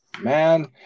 Man